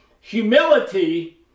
humility